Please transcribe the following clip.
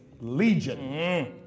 Legion